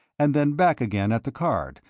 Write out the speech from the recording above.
and then back again at the card,